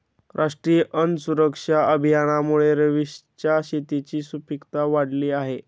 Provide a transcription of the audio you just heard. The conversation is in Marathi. राष्ट्रीय अन्न सुरक्षा अभियानामुळे रवीशच्या शेताची सुपीकता वाढली आहे